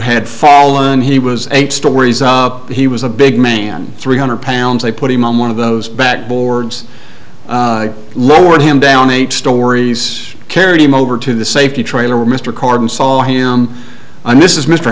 had fallen he was eight stories he was a big man three hundred pounds they put him on one of those back boards lowered him down eight stories carried him over to the safety trainer mr carden saw him and this is mr